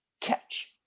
catch